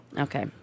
Okay